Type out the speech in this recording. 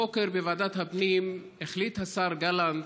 הבוקר בוועדת הפנים החליט השר גלנט,